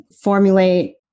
formulate